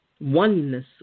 Oneness